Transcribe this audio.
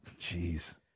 Jeez